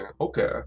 Okay